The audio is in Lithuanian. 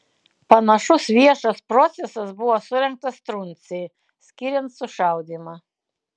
panašus viešas procesas buvo surengtas truncei skiriant sušaudymą